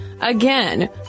Again